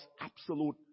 absolute